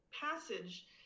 passage